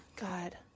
God